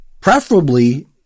preferably